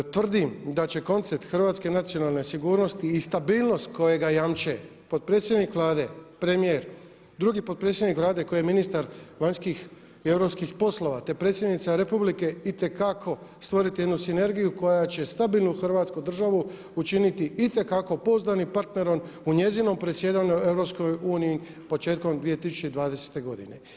Tvrdim da će koncept hrvatske nacionalne sigurnosti i stabilnost kojega jamče potpredsjednik Vlade, premijer, drugi potpredsjednik Vlade koji je ministar vanjskih i europskih poslova te predsjednica republike itekako stvoriti jednu sinergiju koja će stabilnu Hrvatsku državu učiniti itekako pouzdanim partnerom u njezinom predsjedanju EU početkom 2020. godine.